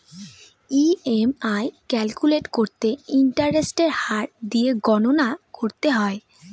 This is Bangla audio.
ই.এম.আই ক্যালকুলেট করতে ইন্টারেস্টের হার দিয়ে গণনা করতে হয়